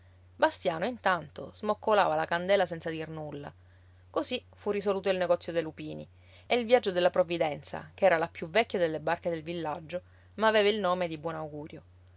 bastiano intanto smoccolava la candela senza dir nulla così fu risoluto il negozio dei lupini e il viaggio della provvidenza che era la più vecchia delle barche del villaggio ma aveva il nome di buon augurio